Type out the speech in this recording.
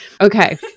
Okay